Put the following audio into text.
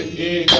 a